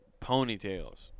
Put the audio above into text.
Ponytails